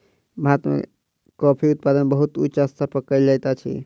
भारत में कॉफ़ी उत्पादन बहुत उच्च स्तर पर कयल जाइत अछि